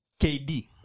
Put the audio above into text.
KD